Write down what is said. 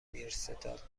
میرستاد